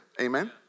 Amen